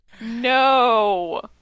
No